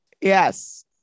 Yes